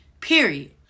period